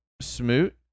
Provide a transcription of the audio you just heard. Smoot